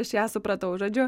aš ją supratau žodžiu